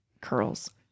curls